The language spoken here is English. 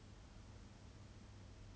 really cannot really cannot